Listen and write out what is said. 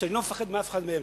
אני לא מפחד מאף אחד מהם.